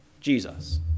Jesus